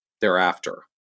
thereafter